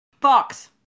Fox